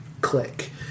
click